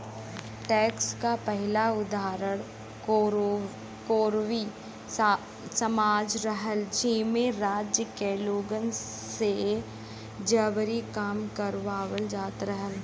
tax क पहिला उदाहरण कोरवी समाज रहल जेमन राज्य के लोगन से जबरी काम करावल जात रहल